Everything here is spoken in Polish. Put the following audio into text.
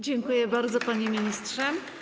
Dziękuję bardzo, panie ministrze.